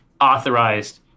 authorized